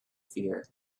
fear